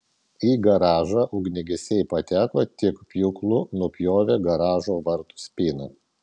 į garažą ugniagesiai pateko tik pjūklu nupjovę garažo vartų spyną